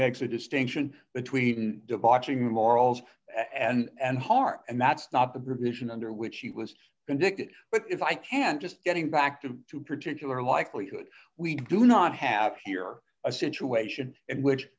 makes a distinction between departing morals and heart and that's not the provision under which he was convicted but if i can just getting back to two particular likelihood we do not have here a situation in which